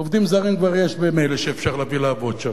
עובדים זרים כבר יש ממילא, ואפשר להביא לעבוד שם.